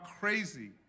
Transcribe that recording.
crazy